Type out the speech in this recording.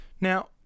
Now